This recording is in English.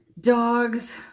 dogs